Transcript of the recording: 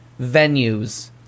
venues